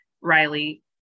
Riley